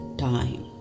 time